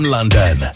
London